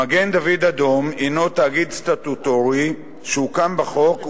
מגן-דוד-אדום הינו תאגיד סטטוטורי שהוקם בחוק,